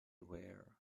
were